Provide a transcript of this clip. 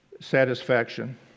satisfaction